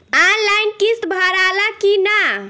Online किस्त भराला कि ना?